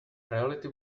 reality